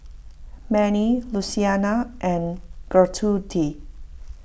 Mannie Luciana and Gertrude